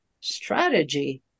strategy